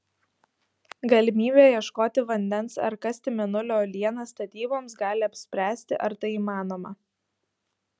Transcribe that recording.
galimybė ieškoti vandens ar kasti mėnulio uolienas statyboms gali apspręsti ar tai įmanoma